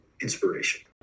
inspiration